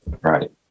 right